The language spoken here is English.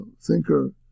thinker